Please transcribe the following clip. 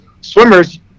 swimmers